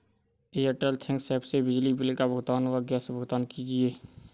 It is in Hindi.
एयरटेल थैंक्स एप से बिजली बिल का भुगतान व गैस भुगतान कीजिए